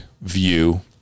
view